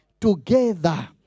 Together